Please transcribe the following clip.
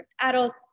adults